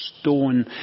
stone